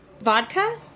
vodka